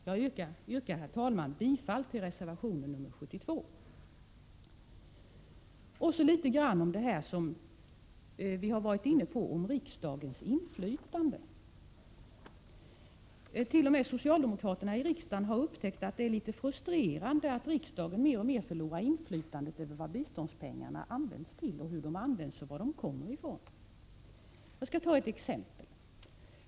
Jag yrkar, herr talman, bifall till reservation 72. Jag vill sedan säga litet grand om det som vi har varit inne på beträffande riksdagens inflytande. T. o. m. socialdemokraterna i riksdagen har upptäckt att det är litet frustrerande att riksdagen mer och mer förlorar inflytandet över hur biståndspengarna används och varifrån de kommer. Jag skall ta ett exempel.